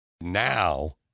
Now